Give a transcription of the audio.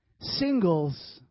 Singles